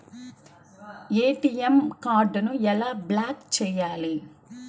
ATM కార్డుని ఎలా block చేయాలి?